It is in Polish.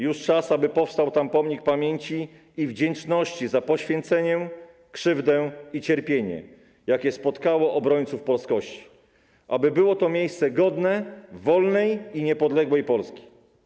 Już czas, aby powstał tam pomnik pamięci i wdzięczności za poświęcenie, krzywdę i cierpienie, jakie spotkało obrońców polskości, aby było to miejsce godne wolnej i niepodległej Polski.